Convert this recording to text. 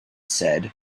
said